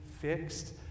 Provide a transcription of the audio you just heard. fixed